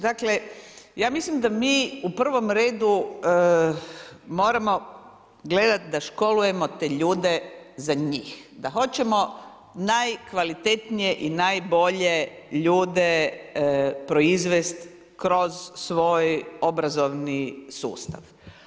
Dakle, ja mislim da mi u prvom redu moramo gledati da školujemo te ljude za njih, da hoćemo najkvalitetnije i najbolje ljude proizvest kroz svoj obrazovni sustav.